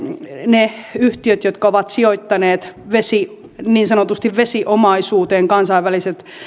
ne yhtiöt jotka ovat sijoittaneet niin sanotusti vesiomaisuuteen kansainväliset